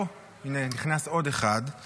אוה, הינה נכנס עוד אחד.